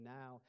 now